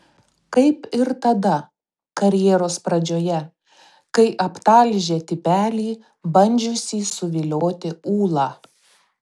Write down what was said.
kaip ir tada karjeros pradžioje kai aptalžė tipelį bandžiusį suvilioti ūlą